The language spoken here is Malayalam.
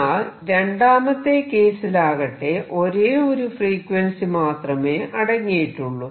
എന്നാൽ രണ്ടാമത്തെ കേസിലാകട്ടെ ഒരേ ഒരു ഫ്രീക്വൻസി മാത്രമേ അടങ്ങിയിട്ടുള്ളൂ